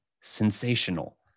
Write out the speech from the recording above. sensational